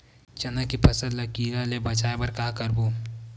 चना के फसल कीरा ले बचाय बर का करबो?